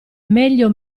meglio